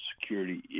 security